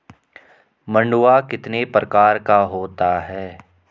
मंडुआ कितने प्रकार का होता है?